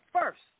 first